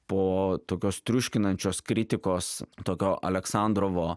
po tokios triuškinančios kritikos tokio aleksandrovo